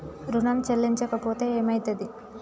ఋణం చెల్లించకపోతే ఏమయితది?